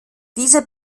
dieser